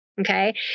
okay